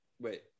Wait